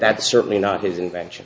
that's certainly not his invention